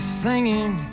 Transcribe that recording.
singing